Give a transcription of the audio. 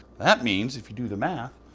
that means, if you do the math,